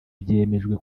byemejwe